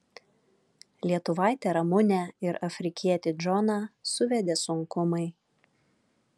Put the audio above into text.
lietuvaitę ramunę ir afrikietį džoną suvedė sunkumai